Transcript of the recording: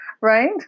Right